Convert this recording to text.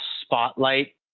spotlight